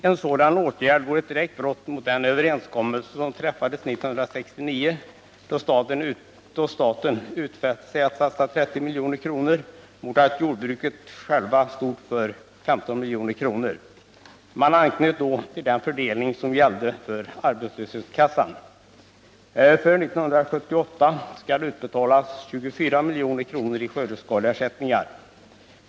: En sådan åtgärd vore ett direkt brott mot den överenskommelse som träffades 1969, då staten utfäste sig att satsa 30 milj.kr. mot att jordbrukarna själva stod för 15 milj.kr. Man anknöt då till den fördelning som gällde för arbetslöshetskassan. För 1978 skall utbetalas 24 milj.kr. i skördeskadeersättningar.